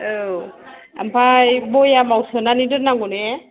औ ओमफ्राय भयामाव सोनानै दोन्नांगौ ने